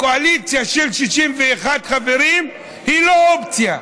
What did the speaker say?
קואליציה של 61 חברים היא לא אופציה.